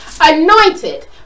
anointed